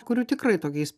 kurių tikrai tokiais